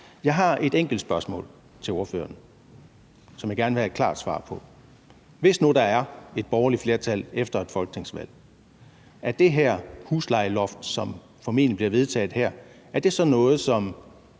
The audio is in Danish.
Jeg har et enkelt spørgsmål til ordføreren, som jeg gerne vil have et klart svar på: Hvis nu der er et borgerligt flertal efter et folketingsvalg, er det her loft på huslejestigninger, som formentlig bliver vedtaget her, så noget, som